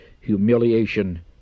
humiliation